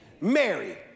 Mary